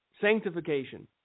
sanctification